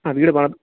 ആ വീട്